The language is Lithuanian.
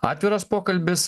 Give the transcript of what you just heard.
atviras pokalbis